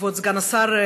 כבוד סגן השר,